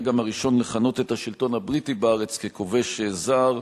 היה גם הראשון לכנות את השלטון הבריטי בארץ ככובש זר,